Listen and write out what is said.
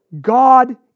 God